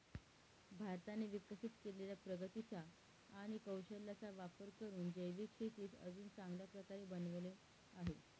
भारताने विकसित केलेल्या प्रगतीचा आणि कौशल्याचा वापर करून जैविक शेतीस अजून चांगल्या प्रकारे बनवले आहे